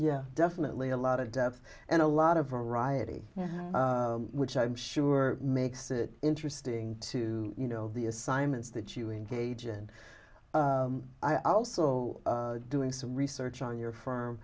yeah definitely a lot of depth and a lot of variety which i'm sure makes it interesting to you know the assignments that you engage and i also doing some research on your f